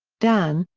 dann,